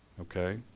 Okay